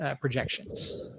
projections